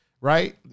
Right